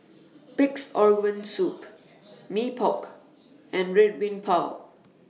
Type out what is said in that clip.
Pig'S Organ Soup Mee Pok and Red Bean Bao